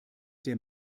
der